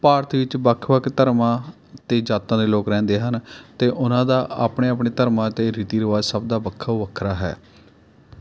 ਭਾਰਤ ਵਿੱਚ ਵੱਖ ਵੱਖ ਧਰਮਾਂ ਅਤੇ ਜਾਤਾਂ ਦੇ ਲੋਕ ਰਹਿੰਦੇ ਹਨ ਅਤੇ ਉਹਨਾਂ ਦਾ ਆਪਣੇ ਆਪਣੇ ਧਰਮਾਂ ਅਤੇ ਰੀਤੀ ਰਿਵਾਜ ਸਭ ਦਾ ਵੱਖੋ ਵੱਖਰਾ ਹੈ